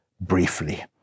briefly